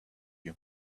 you